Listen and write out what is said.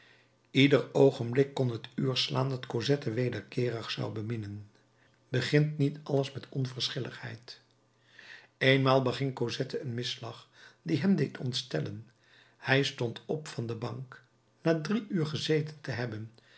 ieder oogenblik kon het uur slaan dat cosette wederkeerig zou beminnen begint niet alles met onverschilligheid eenmaal beging cosette een misslag die hem deed ontstellen hij stond op van de bank na drie uur gezeten te hebben